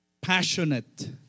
passionate